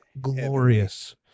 glorious